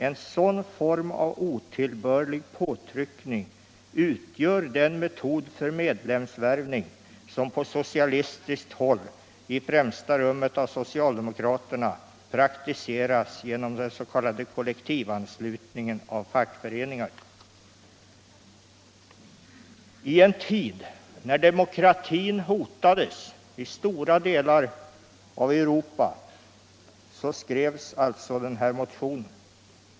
En sådan form av otillbörlig påtryckning utgör den metod för medlemsvärvning, som på socialistiskt håll — i främsta rummet av socialdemokraterna — praktiseras genom den s.k. kollektivanslutningen av fackföreningar.” I en tid när demokratin hotades i stora delar av Europa skrevs alltså denna motion.